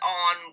on